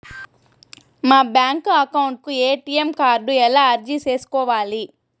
మా bank account కు ATM card ఎలా అర్జీ సేసుకోవాలి?